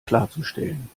klarzustellen